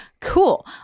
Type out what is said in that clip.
cool